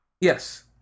Yes